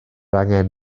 angen